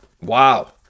Wow